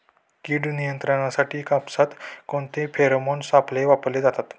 कीड नियंत्रणासाठी कापसात कोणते फेरोमोन सापळे वापरले जातात?